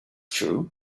true